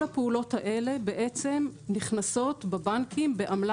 כל הפעולות האלה נכנסות בבנקים בעמלה